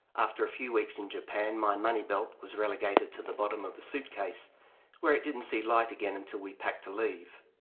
after a few weeks in japan my money-belt was relegated to the bottom of the suitcase where it didn't see light again until we packed to leave.